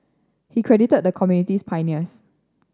he credited the community's pioneers